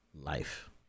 life